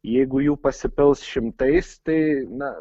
jeigu jų pasipils šimtais tai na